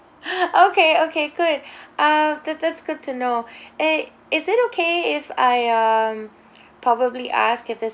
okay okay good uh that that's good to know eh is it okay if I um probably ask if there's